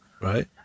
right